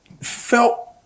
felt